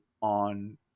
on